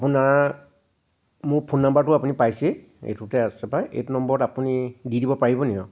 আপোনাৰ মোৰ ফোন নম্বৰটো আপুনি পাইছেই এইটোতে আছে পাই এইটো নম্বৰত আপুনি দি দিব পাৰিব নেকি